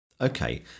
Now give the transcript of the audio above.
Okay